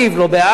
לא ב"הארץ",